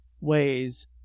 ways